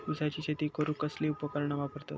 ऊसाची शेती करूक कसली उपकरणा वापरतत?